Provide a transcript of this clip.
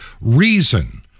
reason